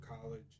College